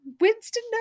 Winston